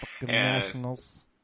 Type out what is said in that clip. nationals